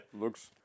Looks